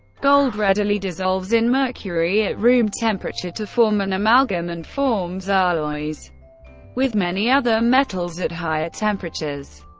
gold readily dissolves in mercury at room temperature to form an amalgam, and forms alloys with many other metals at higher temperatures.